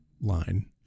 line